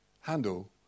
handle